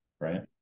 right